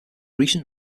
recent